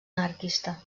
anarquista